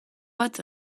bat